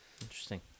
Interesting